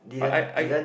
but I I